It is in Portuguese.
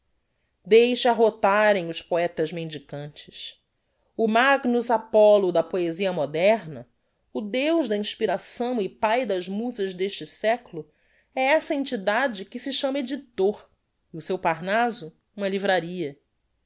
larva deixe arrotarem os poetas mendicantes o magnus apollo da poesia moderna o deus da inspiração e pae das musas deste seculo é essa entidade que se chama edictor e o seu parnaso uma livraria